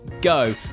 go